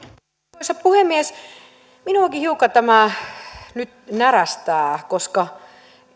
arvoisa puhemies minuakin hiukan tämä nyt närästää koska